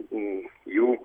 į jų